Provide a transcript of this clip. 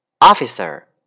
officer